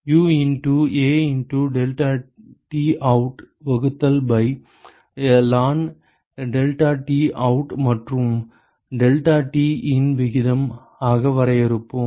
U into A into delta T out வகுத்தல் by ln delta T out மற்றும் delta T in விகிதம் ஆக வரையறுப்போம்